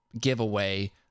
giveaway